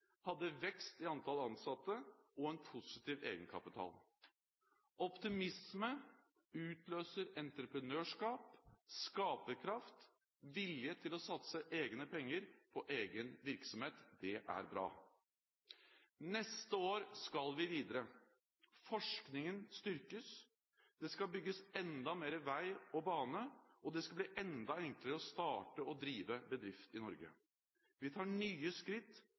hadde vekst i antallet ansatte og en positiv egenkapital. Optimisme utløser entreprenørskap, skaperkraft og vilje til å satse egne penger på egen virksomhet. Det er bra. Neste år skal vi videre. Forskningen styrkes. Det skal bygges enda mer vei og bane, og det skal bli enda enklere å starte og drive bedrift i Norge. Vi tar nye skritt